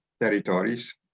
territories